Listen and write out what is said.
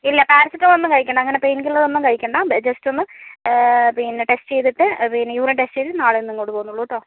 ഇല്ല പാരസെറ്റാമോൾ ഒന്നും കഴിക്കേണ്ട അങ്ങനെ പെയിൻ കില്ലർ ഒന്നും കഴിക്കേണ്ട ജസ്റ്റ് ഒന്ന് പിന്നെ ടെസ്റ്റ് ചെയ്തിട്ട് പിന്നെ യൂറിൻ ടെസ്റ്റ് ചെയ്ത് നാളെ ഒന്നിങ്ങോട്ട് പോന്നോളൂ കേട്ടോ